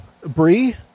Bree